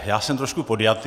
Já jsem trošku podjatý.